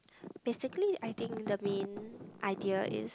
basically I think the main idea is